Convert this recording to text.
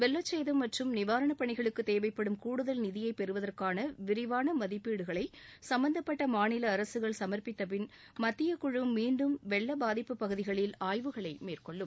வெள்ளச்சேதம் மற்றும் நிவாரண பணிகளுக்கு தேவைப்படும் கூடுதல் நிதியை பெறுவதற்கான விரிவான மதிப்பீடுகளை சும்பந்தப்பட்ட மாநில அரககள் சும்ப்பித்த பின் மத்திய குழு மீண்டும் வெள்ளப்பாதிப்பு பகுதிகளை ஆய்வுகளை மேற்கொள்ளும்